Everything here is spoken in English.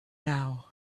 now